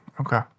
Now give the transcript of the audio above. Okay